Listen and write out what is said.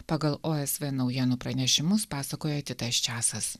pagal osv naujienų pranešimus pasakoja titas česas